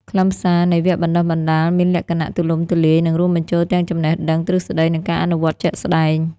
ខ្លឹមសារនៃវគ្គបណ្តុះបណ្តាលមានលក្ខណៈទូលំទូលាយនិងរួមបញ្ចូលទាំងចំណេះដឹងទ្រឹស្តីនិងការអនុវត្តជាក់ស្តែង។